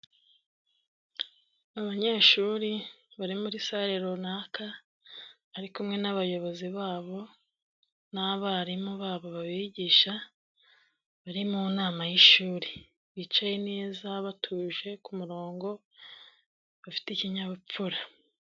Abanyeshuri bari muri sare runaka bari kumwe n'abayobozi babo n'abarimu babo babigisha bari mu nama y'ishuri, bicaye neza batuje ku murongo bafite ikinyabupfura.